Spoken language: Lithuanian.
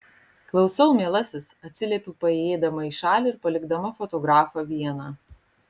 klausau mielasis atsiliepiu paėjėdama į šalį ir palikdama fotografą vieną